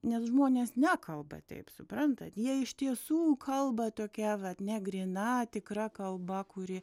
nes žmonės nekalba taip suprantat jie iš tiesų kalba tokia vat ne gryna tikra kalba kuri